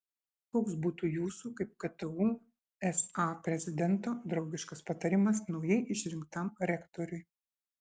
koks būtų jūsų kaip ktu sa prezidento draugiškas patarimas naujai išrinktam rektoriui